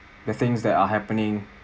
the things that are happening